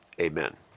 amen